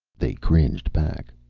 they cringed back,